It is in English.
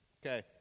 Okay